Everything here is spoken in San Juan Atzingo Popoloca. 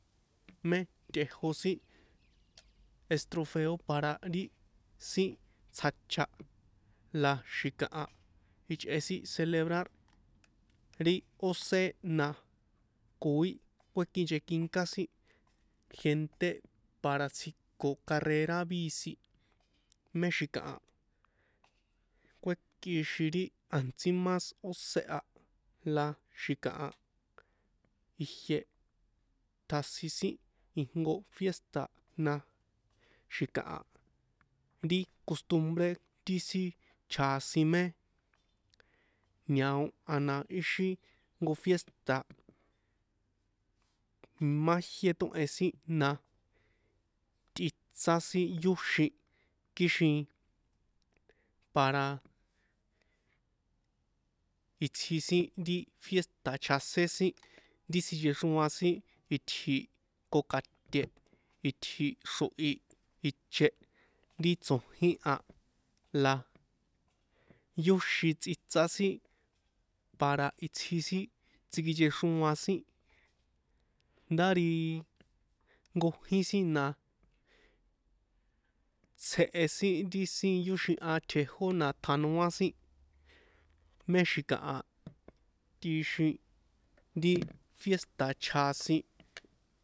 Mé tꞌejó sin estrufeo para ri sin tsjacha la xi̱kaha ichꞌe sin celebrar ri ósé na koi kuekinchekinká sin gente para tsjiko carrera bici mé xi̱kaha kuekꞌixin ri a̱ntsí más ósé la xi̱kaha ijie tjasin sin ijnko fiesta̱ na xi̱kaha ri costumbre ri sin chjasin mé ñao a na ixi jnko fiésta̱ imá jié tóhen sin na tꞌitsá sin yóxin kixin para itsji sin ri fiésta̱ chjasén sin ri sinchexroan sin itji kokaṭe̱ itji xrohi iché ri tsojín a la yóxin tsꞌitsá sin parea itsji sin tsikjinchexroa sin nda ri jnkojín na tsheh sin ri sin yóxihan tjejó na tjanoa sin mé xi̱kaha tꞌixin ri fiésta̱ chjasin.